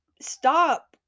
stop